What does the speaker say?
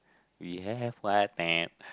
we have what